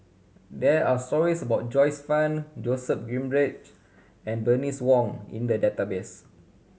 there are stories about Joyce Fan Joseph Grimberg and Bernice Wong in the database